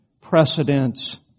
precedence